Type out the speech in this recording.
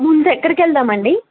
ముందూ ఎక్కడికి వెళదాము అండి